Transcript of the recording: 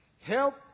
help